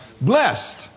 blessed